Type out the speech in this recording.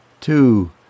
Two